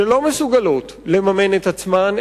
שלא מסוגלות לממן את עצמן,